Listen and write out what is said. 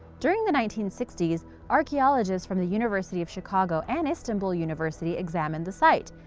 during the nineteen sixty s, archaeologists from the university of chicago and istanbul university examined the site.